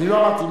אני לא אמרתי.